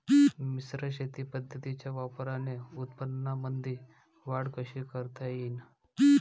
मिश्र शेती पद्धतीच्या वापराने उत्पन्नामंदी वाढ कशी करता येईन?